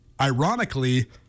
Ironically